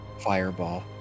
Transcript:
Fireball